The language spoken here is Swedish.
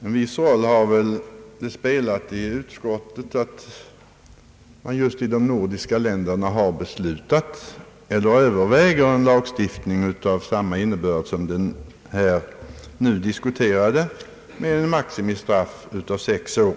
En viss roll har det väl spelat i utskottet att man just i de nordiska länderna överväger en lagstiftning av samma innebörd som den nu diskuterade, alltså med ett maximistraff på sex år.